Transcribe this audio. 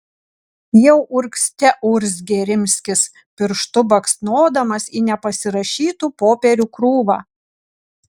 jau urgzte urzgė rimskis pirštu baksnodamas į nepasirašytų popierių krūvą